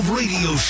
radio